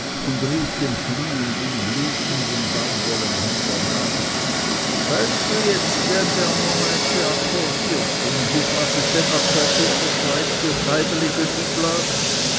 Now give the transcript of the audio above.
und rief dem fliehenden blutenden baumwollenhändler nach weißt du jetzt wie ein bernermeitschi akkordiert und mit was es den akkord unterschreibt du